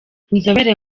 inzobere